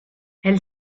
elle